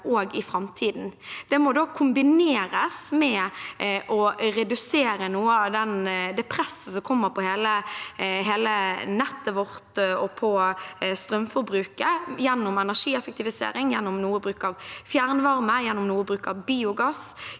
også i framtiden. Det må kombineres med å redusere noe av det presset som kommer på hele nettet vårt og på strømforbruket, gjennom energieffektivisering, gjennom noe bruk av fjernvarme, gjennom noe bruk av biogass